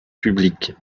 publique